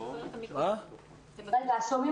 שמי